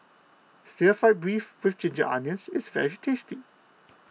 Stir Fried Beef with Ginger Onions is very tasty